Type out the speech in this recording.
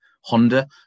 Honda